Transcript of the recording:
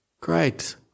great